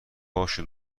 باشه